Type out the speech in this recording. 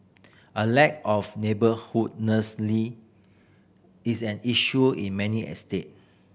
a lack of is an issue in many estate